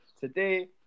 Today